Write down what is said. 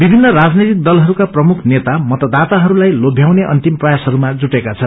विभिन्न राजनैतिक दलहरूका प्रमुख नेता मतदाताहरूलाई लोभ्याउने अन्तिमू प्रयासहरूमा जुटेका छन्